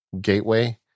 gateway